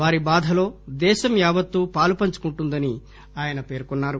వారి బాధలో దేశం యావత్తూ పాలుపంచుకుంటుందని ఆయన పేర్కొన్నారు